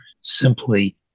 simply